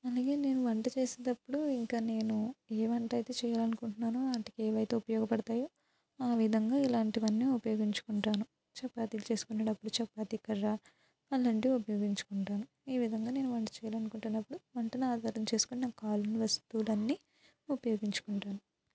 అలాగే నేను వంట చేసేటప్పుడు ఇంక నేను ఏ వంట అయితే చేయాలి అనుకుంటున్నానో వాటికి ఏవైతే ఉపయోగపడుతాయో ఆ విధాంగా ఇలాంటివన్ని ఉపయోగించుకుంటాను చపాతీ చేసుకునేటప్పుడు చపాతీ కర్ర అలాంటివి ఉపయోగిచుకుంటాను ఈ విధంగా నేను వంట చేయాలి అనుకుంటున్నప్పుడు వంటను ఆధారం చేసుకుని నాకు కావాల్సిన వస్తువులన్నీ ఉపయోగించుకుంటాను